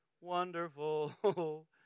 Wonderful